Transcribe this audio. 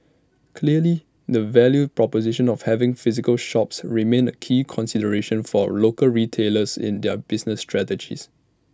clearly the value proposition of having physical shops remains A key consideration for local retailers in their business strategies